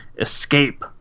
escape